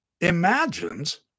imagines